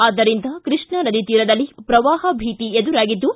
ಆದರಿಂದ ಕೃಷ್ಣಾ ನದಿ ತೀರದಲ್ಲಿ ಶ್ರವಾಹ ಭೀತಿ ಎದುರಾಗಿದ್ದು